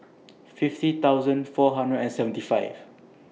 fifty thousand four hundred and seventy five